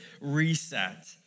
Reset